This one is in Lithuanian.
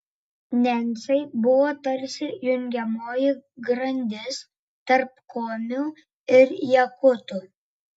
nencai buvo tarsi jungiamoji grandis tarp komių ir jakutų